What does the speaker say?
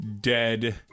dead